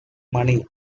money